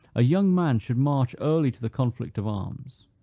a young man should march early to the conflict of arms.